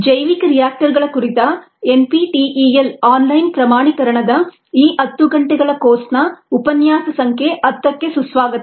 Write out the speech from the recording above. ಜೈವಿಕ ರಿಯಾಕ್ಟರ್ಗಳ ಕುರಿತ ಎನ್ಪಿಟಿಇಎಲ್ ಆನ್ಲೈನ್ ಪ್ರಮಾಣೀಕರಣದ ಈ 10 ಗಂಟೆಗಳ ಕೋರ್ಸ್ನ ಉಪನ್ಯಾಸ ಸಂಖ್ಯೆ 10 ಕ್ಕೆ ಸುಸ್ವಾಗತ